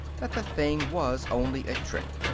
that the thing was only a trick.